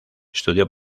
estudió